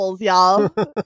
y'all